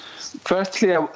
Firstly